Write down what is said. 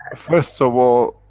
ah first of all,